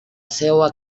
seua